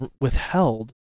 withheld